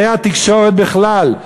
כלי התקשורת בכלל,